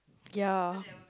ya